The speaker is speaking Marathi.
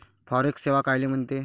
फॉरेक्स सेवा कायले म्हनते?